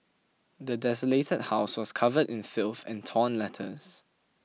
the desolated house was covered in filth and torn letters